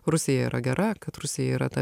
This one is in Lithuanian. rusija yra gera kad rusija yra ta